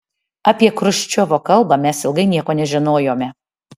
apie chruščiovo kalbą mes ilgai nieko nežinojome